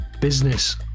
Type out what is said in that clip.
business